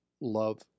love